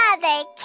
Mother